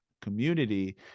community